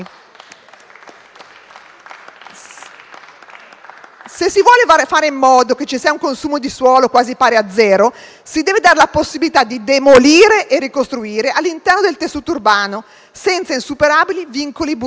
Se si vuole fare in modo che ci sia un consumo di suolo quasi pari a zero, si deve dare la possibilità di demolire e ricostruire all'interno del tessuto urbano, senza insuperabili vincoli burocratici.